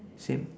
same